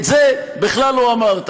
את זה בכלל לא אמרת.